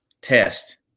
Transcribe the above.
test